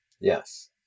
Yes